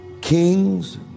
kings